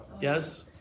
yes